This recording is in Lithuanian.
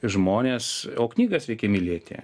žmones o knygas reikia mylėti